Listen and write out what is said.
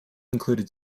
included